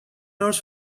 hours